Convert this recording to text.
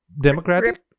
Democratic